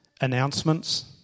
announcements